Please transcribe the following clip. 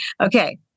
Okay